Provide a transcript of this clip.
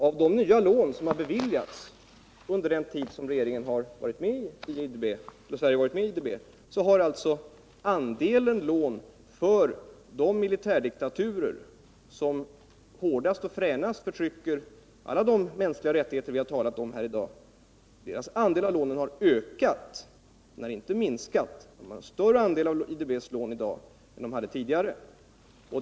Av de nya lån som beviljats under den tid Sverige varit med i IDB har andelen lån till de militärdiktaturer som hårdast och fränast förtrycker de mänskliga rättigheterna ökat — inte minskat. Dessa länder har en större andel av lånen i dag än de hade tidigare.